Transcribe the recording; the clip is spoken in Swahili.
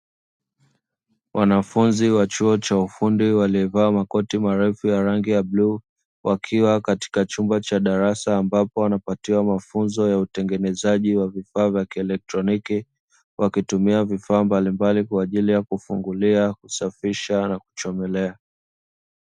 Wanafunzi wa chuo cha ufundi waliovaa makoti marefu ya rangi ya bluu wakiwa katika chumba cha darasa, ambapo wanapatiwa mafunzo ya utengenezaji wa vifaa vya kielektroniki wakitumia vifaa mbalimbali kwa ajili ya kufungulia, kusafisha na kuchomelea.